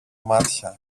μάτια